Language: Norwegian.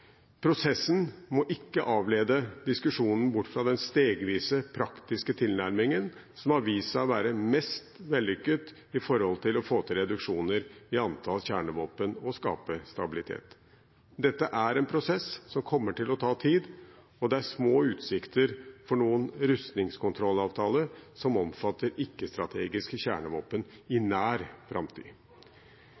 Prosessen må ikke avlede diskusjonen bort fra den stegvise, praktiske tilnærmingen som har vist seg å være mest vellykket for å få til reduksjoner i antall kjernevåpen og skape stabilitet. Dette er en prosess som kommer til å ta tid, og det er små utsikter for noen rustningskontrollavtale som omfatter ikke-strategiske kjernevåpen i